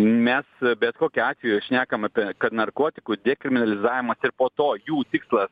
mes bet kokiu atveju šnekam apie kad narkotikų dekriminalizavimą ir po to jų tikslas